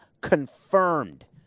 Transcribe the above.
confirmed